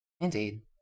indeed